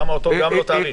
למה גם אותו לא תאריך?